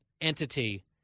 entity